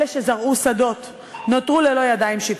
אלה שזרעו שדות נותרו ללא ידיים שיקטפו,